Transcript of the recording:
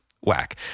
whack